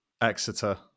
Exeter